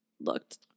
looked